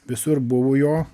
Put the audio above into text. visur buvo jo